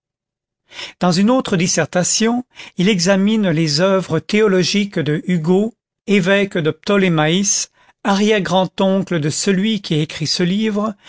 dans une autre dissertation il examine les oeuvres théologiques de hugo évêque de ptolémaïs arrière grand oncle de celui qui écrit ce livre